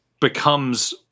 becomes